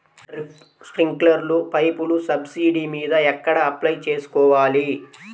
Drip, స్ప్రింకర్లు పైపులు subsidy మీద ఎక్కడ అప్లై చేసుకోవాలి?